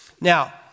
Now